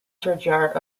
churchyard